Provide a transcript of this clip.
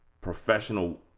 professional